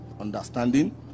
understanding